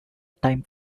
time